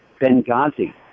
Benghazi